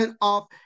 off